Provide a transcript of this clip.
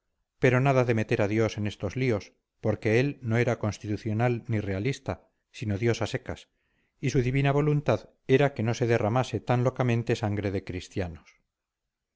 pero nada de meter a dios en estos líos porque él no era constitucional ni realista sino dios a secas y su divina voluntad era que no se derramase tan locamente sangre de cristianos